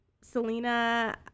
Selena